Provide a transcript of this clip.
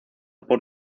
por